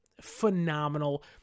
phenomenal